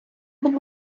будь